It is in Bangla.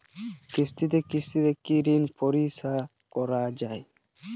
কিস্তিতে কিস্তিতে কি ঋণ পরিশোধ করা য়ায়?